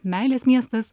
meilės miestas